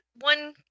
one